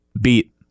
beat